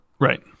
Right